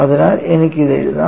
അതിനാൽ എനിക്ക് ഇത് എഴുതാം